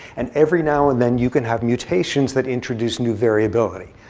and every now and then, you can have mutations that introduce new variability.